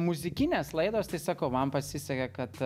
muzikinės laidos tai sakau man pasisekė kad